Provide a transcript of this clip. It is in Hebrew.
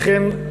אכן,